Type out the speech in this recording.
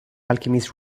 alchemist